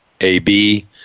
AB